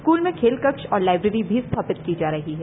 school में खेल कक्ष तथा लाइब्रेरी भी स्थापित की जा रही है